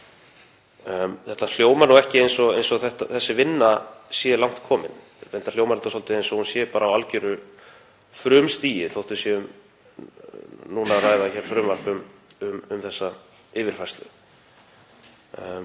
Þetta hljómar ekki eins og þessi vinna sé langt komin. Reyndar hljómar þetta svolítið eins og hún sé bara á algeru frumstigi þótt við séum núna að ræða hér frumvarp um þessa yfirfærslu.